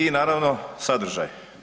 I naravno sadržaj.